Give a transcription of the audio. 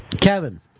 Kevin